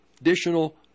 additional